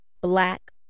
black